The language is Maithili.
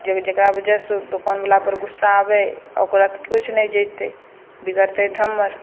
जे जेकरा बजह से दोकान बला पर गुस्सा आबै ओकरा कुछ नै जेतै बिगड़तै तऽ हमर